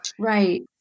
Right